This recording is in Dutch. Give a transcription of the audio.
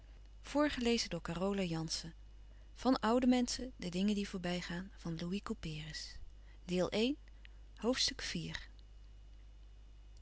van oude menschen de dingen die voorbij gaan ste deel van